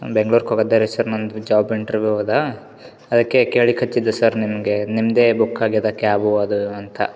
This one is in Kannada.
ಬೆಂಗ್ಳೂರು ಹೋಗೋದು ರೀ ಸರ ನನ್ನದು ಜಾಬ್ ಇಂಟ್ರವಿವ್ ಅದ ಅದಕ್ಕೆ ಕೇಳ್ಲಿಕ್ಕೆ ಹಚ್ಚಿದ್ದು ಸರ್ ನಿಮಗೆ ನಿಮ್ಮದೆ ಬುಕ್ ಆಗ್ಯದ ಕ್ಯಾಬು ಅದು ಅಂತ